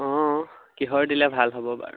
অঁ কিহৰ দিলে ভাল হ'ব বাৰু